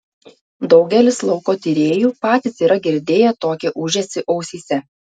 daugelis lauko tyrėjų patys yra girdėję tokį ūžesį ausyse